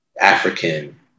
African